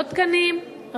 לא תקנים,